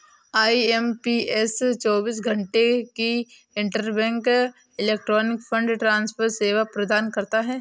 IMPS चौबीस घंटे की इंटरबैंक इलेक्ट्रॉनिक फंड ट्रांसफर सेवा प्रदान करता है